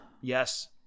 Yes